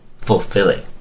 fulfilling